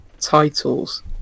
titles